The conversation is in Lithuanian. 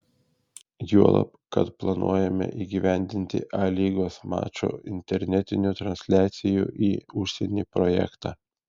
juolab kad planuojame įgyvendinti a lygos mačų internetinių transliacijų į užsienį projektą